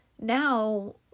now